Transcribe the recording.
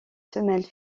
semelles